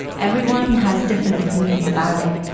everyone has different opinions about it,